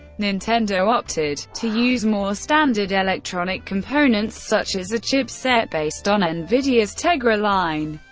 nintendo opted to use more standard electronic components, such as a chipset based on nvidia's tegra line,